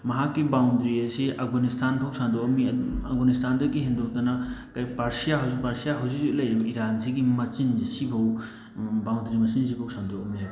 ꯃꯍꯥꯛꯀꯤ ꯕꯥꯎꯟꯗꯔꯤ ꯑꯁꯤ ꯑꯕꯘꯥꯅꯤꯁꯇꯥꯟꯐꯥꯎ ꯁꯟꯗꯣꯛꯑꯝꯃꯤ ꯑꯕꯘꯥꯅꯤꯁꯇꯥꯟꯗꯒꯤ ꯍꯦꯟꯗꯣꯛꯇꯅ ꯀꯩ ꯄꯥꯔꯁꯤꯌꯥ ꯄꯥꯔꯁꯤꯌꯥ ꯍꯧꯖꯤꯛ ꯍꯧꯖꯤꯛ ꯂꯩꯔꯤꯕ ꯏꯔꯥꯟꯁꯤꯒꯤ ꯃꯆꯤꯟꯁꯤ ꯁꯤꯐꯧ ꯕꯥꯎꯟꯗꯔꯤ ꯃꯁꯤ ꯁꯤꯐꯧ ꯁꯟꯗꯣꯛꯑꯝꯃꯦꯕ